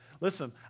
Listen